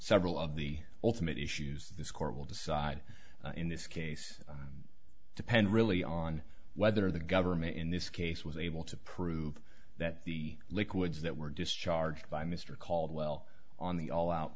several of the ultimate issues this court will decide in this case depend really on whether the government in this case was able to prove that the liquids that were discharged by mr caldwell on the all out